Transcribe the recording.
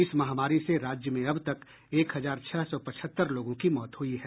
इस महामारी से राज्य में अब तक एक हज़ार छह सौ पचहत्तर लोगों की मौत हुई है